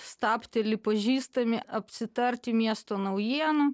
stabteli pažįstami apsitarti miesto naujienų